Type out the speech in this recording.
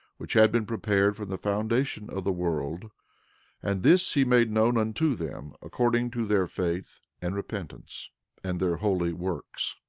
which had been prepared from the foundation of the world and this he made known unto them according to their faith and repentance and their holy works.